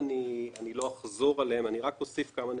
לא אחזור עליהם אלא רק אוסיף כמה נקודות.